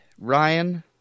Ryan